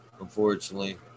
Unfortunately